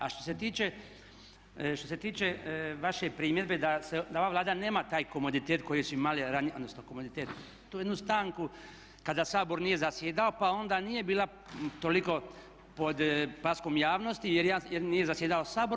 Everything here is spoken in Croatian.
A što se tiče vaše primjedbe da ova Vlada nema taj komoditet koji su imale, odnosno komoditet, tu jednu stanku kada Sabor nije zasjedao, pa onda nije bila toliko pod paskom javnosti jer nije zasjedao Sabor.